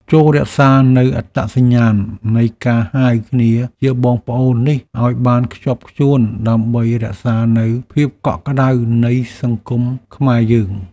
ចូររក្សានូវអត្តសញ្ញាណនៃការហៅគ្នាជាបងប្អូននេះឱ្យបានខ្ជាប់ខ្ជួនដើម្បីរក្សានូវភាពកក់ក្តៅនៃសង្គមខ្មែរយើង។